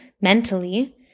mentally